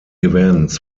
events